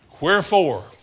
wherefore